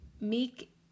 meek